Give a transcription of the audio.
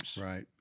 Right